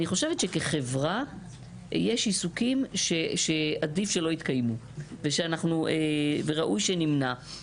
אני חושבת שכחברה יש עיסוקים שעדיף שלא יתקיימו וראוי שנמנע.